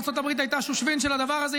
ארצות הברית הייתה השושבין של הדבר הזה,